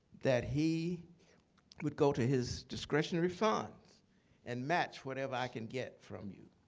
that he would go to his discretionary funds and match whatever i can get from you.